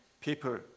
people